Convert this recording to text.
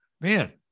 Man